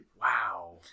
Wow